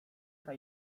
ojca